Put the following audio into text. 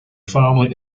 family